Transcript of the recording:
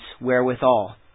wherewithal